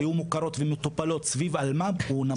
והיו מוכרות ומטופלות סביב אלמ"פ הוא נמוך.